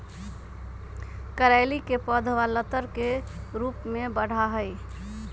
करेली के पौधवा लतर के रूप में बढ़ा हई